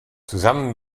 zusammen